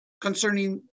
concerning